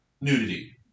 nudity